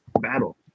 battle